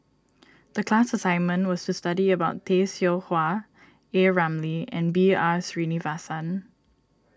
the class assignment was to study about Tay Seow Huah A Ramli and B R Sreenivasan